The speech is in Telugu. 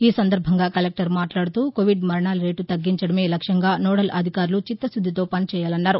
ఈ సందర్బంగా కలెక్టర్ మాట్లాడుతూ కోవిద్ మరణాల రేటు తగ్గించడమే లక్ష్యంగా నోడల్ అధికారులు చిత్తశుద్గితో పని చేయాలన్నారు